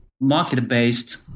market-based